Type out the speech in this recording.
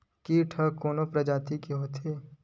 कीट ह कोन प्रजाति के होथे?